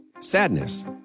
sadness